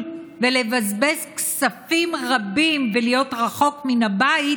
ולבזבז כספים רבים ולהיות רחוק מהבית,